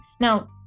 Now